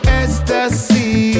ecstasy